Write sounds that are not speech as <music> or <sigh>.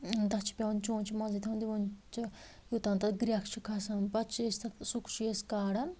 تَتھ چھِ پٮ۪وان چونٛچہٕ منٛزٕے تھاوُن <unintelligible> یوٚتام تَتھ گرٮ۪کھ چھِ کھَسان پَتہٕ چھِ أسۍ تَتھ سُہ چھِ أسۍ کاران